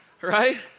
right